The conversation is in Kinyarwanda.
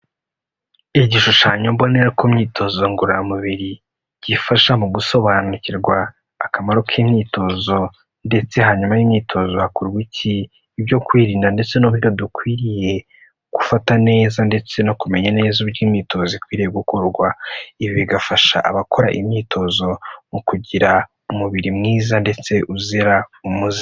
Igishushanyo mbonera ku myitozo ngororamubiri gifasha mu gusobanukirwa akamaro k'imyitozo ndetse hanyuma y'imyitozo hakorwaiki, ibyo kwirinda ndetse n'uburyo dukwiriye gufata neza ndetse no kumenya neza uburyo imyitozo ikwiriye gukorwa, ibi bigafasha abakora imyitozo mu kugira umubiri mwiza ndetse uzira umuze.